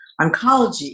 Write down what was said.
oncology